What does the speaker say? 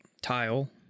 tile